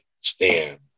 stand